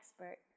expert